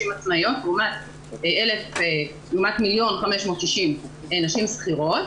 עצמאיות לעומת 1,560,000 נשים שכירות,